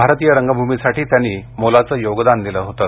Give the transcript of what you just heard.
भारतीय रंगभूमीसाठी त्यांनी मोलाचं योगदान दिलं होतं